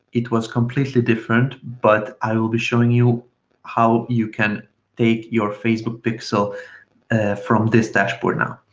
it was completely different, but i will be showing you how you can take your facebook pixel from this dashboard now.